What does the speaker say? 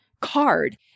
card